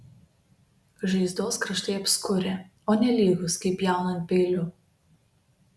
žaizdos kraštai apskurę o ne lygūs kaip pjaunant peiliu